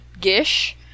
Gish